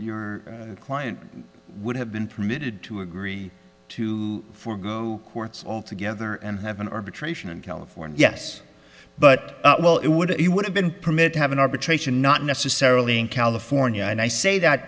your client would have been permitted to agree to forego courts altogether and have an arbitration in california yes but well it would it would have been permitted to have an arbitration not necessarily in california and i say that